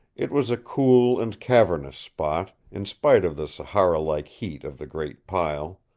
it was a cool and cavernous spot, in spite of the sahara-like heat of the great pile.